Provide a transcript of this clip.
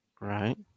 Right